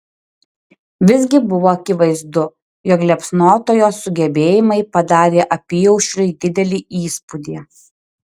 visgi buvo akivaizdu jog liepsnotojo sugebėjimai padarė apyaušriui didelį įspūdį